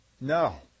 No